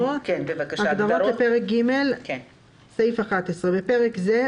"הגדרות לפרק ג' 11. בפרק זה,